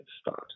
start